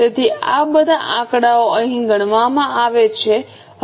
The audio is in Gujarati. તેથી આ બધા આંકડાઓ અહીં ગણવામાં આવે છે